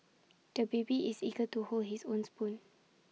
the baby is eager to hold his own spoon